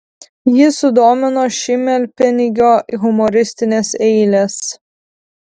jį sudomino šimelpenigio humoristinės eilės